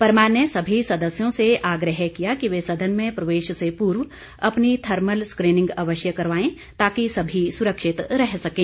परमार ने सभी सदस्यों से आग्रह किया कि वे सदन में प्रवेश से पूर्व अपनी थर्मल स्क्रीनिंग अवश्य करवायें ताकि सभी सुरक्षित रह सकें